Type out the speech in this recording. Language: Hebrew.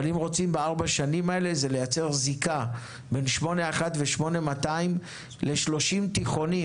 אם רוצים בארבע השנים האלה לייצר זיקה בין 81 ו-8200 ל-30 תיכונים,